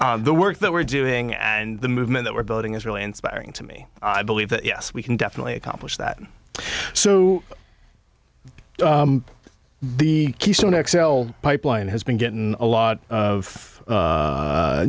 climate the work that we're doing and the movement that we're building is really inspiring to me i believe that yes we can definitely accomplish that so the keystone x l pipeline has been getting a lot of